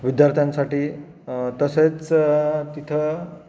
विद्यार्थ्यांसाठी तसेच तिथं